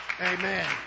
Amen